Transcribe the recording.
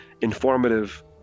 informative